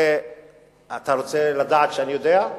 אתה רוצה לדעת שאני יודע?